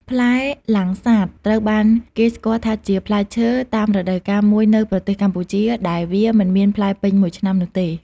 ផ្លែលាំងសាត ត្រូវបានគេស្គាល់ថាជាផ្លែឈើតាមរដូវកាលមួយនៅប្រទេសកម្ពុជា ដែលវាមិនមានផ្លែពេញមួយឆ្នាំនោះទេ។